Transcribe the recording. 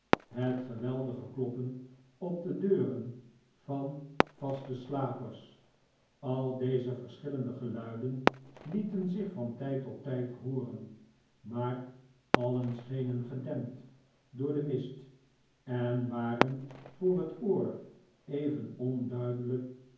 het geweldige kloppen op de deuren van vaste slapers al deze verschillende geluiden lieten zich van tijd tot tijd hooren maar alien schenen gedempt door den mist en waren voor het oor even onduidelijk